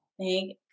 thank